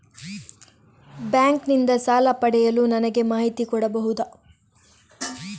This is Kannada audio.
ಬ್ಯಾಂಕ್ ನಿಂದ ಸಾಲ ಪಡೆಯಲು ನನಗೆ ಮಾಹಿತಿ ಕೊಡಬಹುದ?